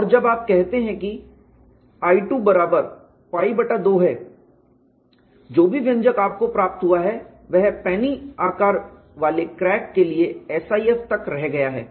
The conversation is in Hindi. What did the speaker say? और जब आप कहते हैं कि I2 बराबर π बटा 2 है जो भी व्यंजक आपको प्राप्त हुआ है वह पेनी आकार वाले क्रैक के लिए SIF तक रह गया है